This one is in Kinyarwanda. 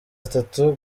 atatu